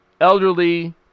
elderly